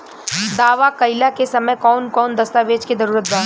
दावा कईला के समय कौन कौन दस्तावेज़ के जरूरत बा?